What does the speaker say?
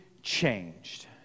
changed